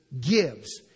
gives